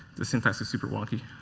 this syntax is super-wonky.